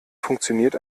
funktioniert